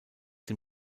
dem